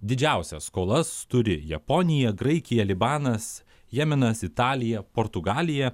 didžiausias skolas turi japonija graikija libanas jemenas italija portugalija